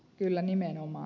kyllä nimenomaan